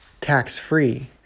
tax-free